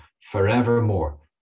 forevermore